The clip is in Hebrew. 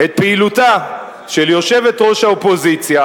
את פעילותה של יושבת-ראש האופוזיציה,